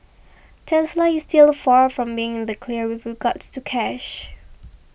Tesla is still far from being in the clear with regards to cash